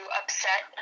upset